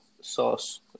sauce